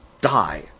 die